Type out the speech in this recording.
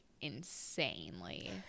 insanely